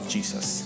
Jesus